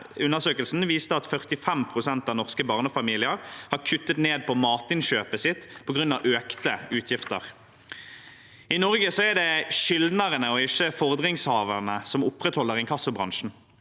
undersøkelsen viste at 45 pst. av norske barnefamilier har kuttet ned på matinnkjøpet på grunn av økte utgifter. I Norge er det skyldnerne og ikke fordringshaverne som opprettholder inkassobransjen.